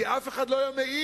כי אף אחד לא היה מעז